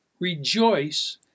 rejoice